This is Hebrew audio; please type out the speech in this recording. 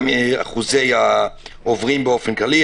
גם אחוזי העוברים באופן כללי,